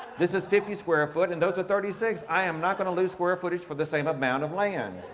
this is fifty square foot and those are thirty six. i am not going lose square footage for the same amount of land.